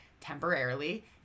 temporarily